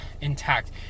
intact